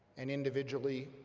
and individually,